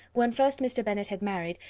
when first mr. bennet had married,